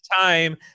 time